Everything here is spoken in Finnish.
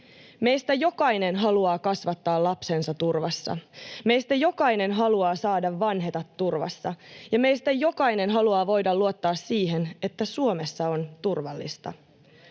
Meistä jokainen haluaa kasvattaa lapsensa turvassa. Meistä jokainen haluaa saada vanheta turvassa. Meistä jokainen haluaa voida luottaa siihen, että Suomessa on turvallista.